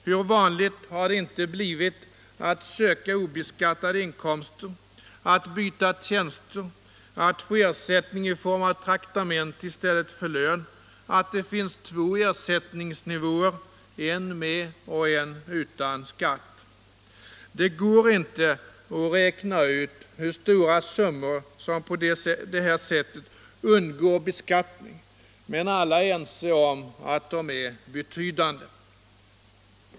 Hur vanligt har det inte blivit att söka obeskattade inkomster, att byta tjänster, att få ersättning i form av traktamente i stället för lön och att det finns två ersättningsnivåer, en med och en utan skatt. Det går inte att räkna ut hur stora summor som på detta sätt undandras beskattning, men alla är överens om att de är betydande.